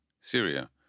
Syria